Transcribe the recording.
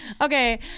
Okay